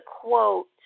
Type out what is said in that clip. quote